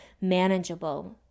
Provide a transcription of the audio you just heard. manageable